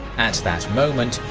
at that moment,